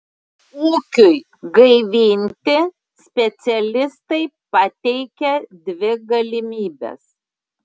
ūkiui gaivinti specialistai pateikia dvi galimybes